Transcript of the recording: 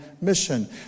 mission